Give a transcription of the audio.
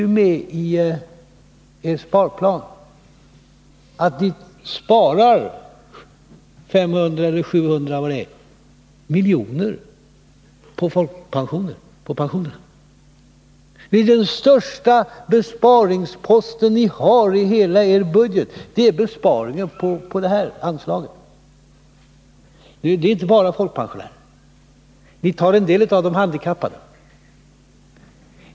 I er sparplan skryter ni med att ni sparar 500 eller 700 milj.kr. på pensionerna. Den största besparingsposten ni har i hela er budget är besparingen på det här anslaget. Det gäller inte bara folkpensionärerna. Ni tar en del från de handikappade.